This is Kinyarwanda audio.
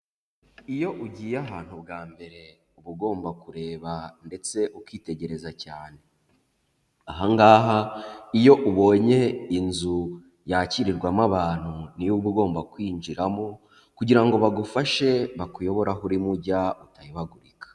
Iyo ugiye ahantu bwa mbere uba ugomba kureba ndetse ukitegereza cyane, aha ngaha iyo ubonye inzu yakirirwamo abantu niyo uba ugomba kwinjiramo kugira ngo bagufashe bakuyobora aho urimo ujya utayobagurika.